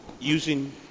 using